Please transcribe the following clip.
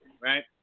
right